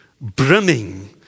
brimming